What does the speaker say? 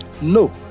No